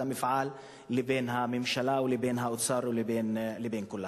המפעל לבין הממשלה לבין האוצר לבין כולם.